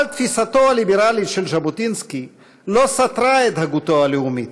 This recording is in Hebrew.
אבל תפיסתו הליברלית של ז'בוטינסקי לא סתרה את הגותו הלאומית.